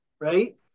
right